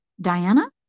Diana